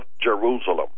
Jerusalem